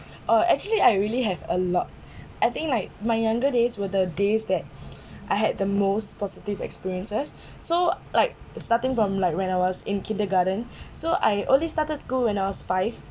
uh actually I really have a lot I think like my younger days were the days that I had the most positive experiences so like starting from like when I was in kindergarten so I only started school when I was five